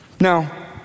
Now